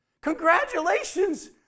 congratulations